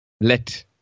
let